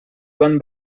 van